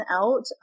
out